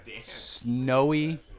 Snowy